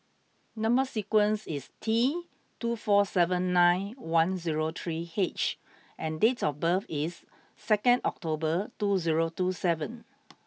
number sequence is T two four seven nine one zero three H and date of birth is second October two zero two seven